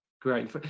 Great